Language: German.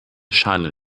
scheine